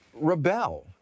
rebel